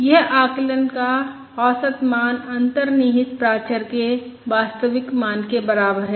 यह आकलन का औसत मान अंतर्निहित प्राचर के वास्तविक मान के बराबर है